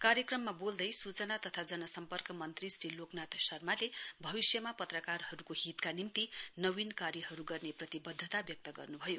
कार्यक्रममा बोल्दै सूचना तथा जन सम्पर्क मन्त्री श्री लोकनाथ शर्माले भविष्यमा पत्रकारहरूको हितका निम्ति नवीन कार्यहरू गर्ने प्रतिवध्दता व्यक्त गर्नुभयो